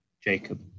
Jacob